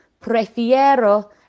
prefiero